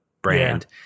brand